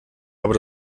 aber